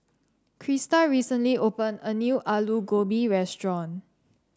Crista recently opened a new Aloo Gobi restaurant